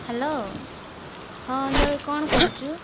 hello ହଁ ଅଞ୍ଜଳି କଣ କରୁଛୁ